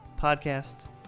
Podcast